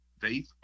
faith